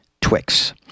Twix